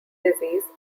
disease